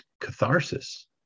catharsis